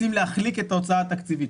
רוצים להחליק את ההוצאה התקציבית,